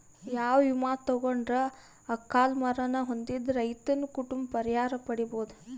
ಯಾವ ವಿಮಾ ತೊಗೊಂಡರ ಅಕಾಲ ಮರಣ ಹೊಂದಿದ ರೈತನ ಕುಟುಂಬ ಪರಿಹಾರ ಪಡಿಬಹುದು?